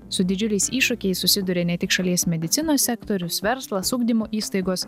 su didžiuliais iššūkiais susiduria ne tik šalies medicinos sektorius verslas ugdymo įstaigos